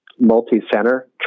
multi-center